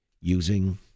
using